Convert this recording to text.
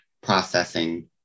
processing